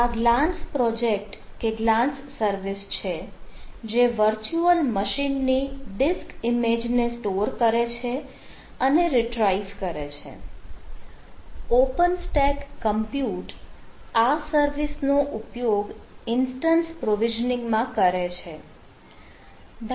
આ ગ્લાન્સ માં કરે છે